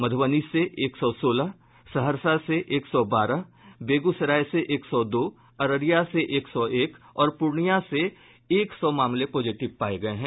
मध्रबनी से एक सौ सोलह सहरसा से एक सौ बारह बेगूसराय से एक सौ दो अररिया से एक सौ एक और पूर्णिया से एक सौ मामले पॉजिटिव पाये गये हैं